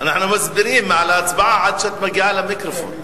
אנחנו מסבירים על ההצבעה עד שאת מגיעה למיקרופון.